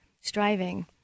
striving